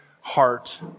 heart